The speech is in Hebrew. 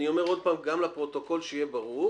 אני אומר עוד פעם גם לפרוטוקול שיהיה ברור: